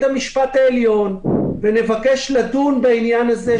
המשפט העליון ונבקש לדון בעניין הזה,